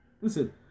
Listen